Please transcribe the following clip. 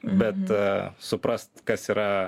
bet a suprast kas yra